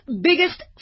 biggest